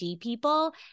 people